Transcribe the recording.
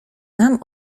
nam